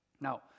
Now